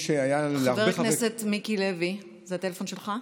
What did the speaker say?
חבר הכנסת מיקי לוי, זה הטלפון שלך?